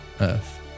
Earth